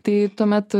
tai tuomet